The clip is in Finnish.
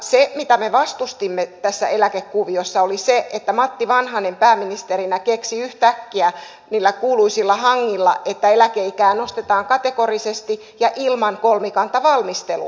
se mitä me vastustimme tässä eläkekuviossa oli se että matti vanhanen pääministerinä keksi yhtäkkiä niillä kuuluisilla hangilla että eläkeikää nostetaan kategorisesti ja ilman kolmikantavalmistelua